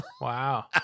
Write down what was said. Wow